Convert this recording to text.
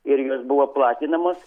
ir jos buvo platinamos